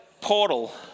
portal